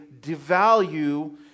devalue